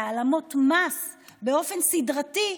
בהעלמות מס באופן סדרתי,